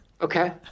Okay